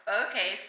okay